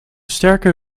sterke